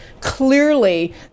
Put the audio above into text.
clearly